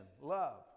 Love